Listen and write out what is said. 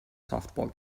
softball